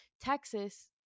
Texas